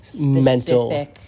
mental